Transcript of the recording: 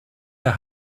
der